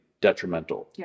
detrimental